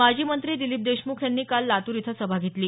माजी मंत्री दिलीप देशमुख यांनी काल लातूर इथं सभा घेतली